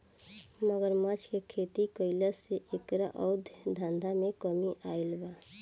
मगरमच्छ के खेती कईला से एकरा अवैध धंधा में कमी आईल बा